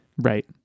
Right